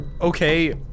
Okay